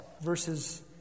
verses